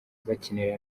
bakinira